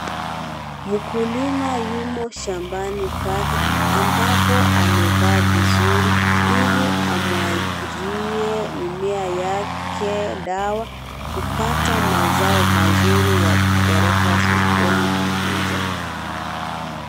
Mkulima yumo shambani pake, ambapo amevaa vizuri ili amwagilie mimea yake dawa, kupata mazao mazuri ya kupeleka sokoni ,kuuza.